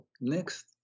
next